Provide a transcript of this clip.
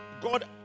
God